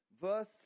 Verse